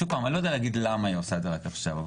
יודע להגיד למה היא עושה את זה רק עכשיו,